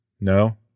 no